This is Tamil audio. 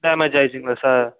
டேமேஜ் ஆகிடுச்சுங்களா சார்